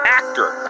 actor